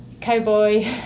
cowboy